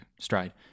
stride